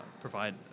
provide